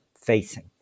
facing